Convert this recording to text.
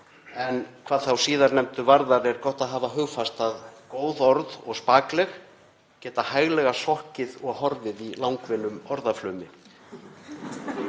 en hvað þá síðarnefndu varðar er gott að hafa hugfast að góð orð og spakleg geta hæglega sokkið og horfið í langvinnum orðaflaumi.